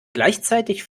gleichzeitig